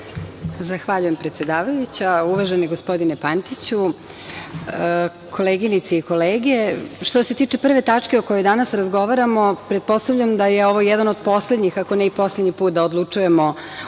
Zahvaljujem, predsedavajuća. Uvaženi gospodine Pantiću, koleginice i kolege, što se tiče prve tačke o kojoj danas razgovaramo, pretpostavljam da je ovo jedan od poslednjih, ako ne i poslednji put da odlučujemo o